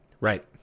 Right